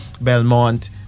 belmont